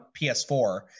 PS4